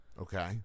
Okay